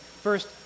First